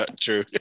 True